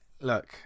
Look